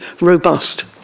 robust